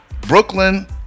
Brooklyn